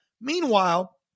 Meanwhile